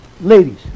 ladies